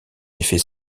effet